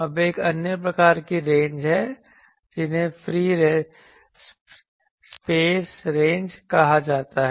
अब एक अन्य प्रकार की रेंज हैं जिन्हें फ्री स्पेस रेंज कहा जाता है